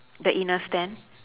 the inner stand